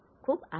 ખુબ ખુબ આભાર